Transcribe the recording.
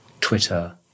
Twitter